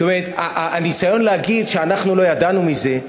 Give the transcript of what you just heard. הניסיון להגיד שאנחנו לא ידענו מזה,